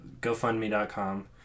gofundme.com